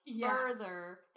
further